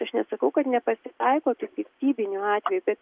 aš nesakau kad nepasitaiko tų piktybinių atvejų bet